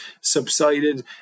subsided